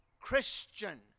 Christian